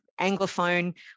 Anglophone